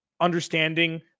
understanding